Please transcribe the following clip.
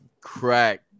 Crack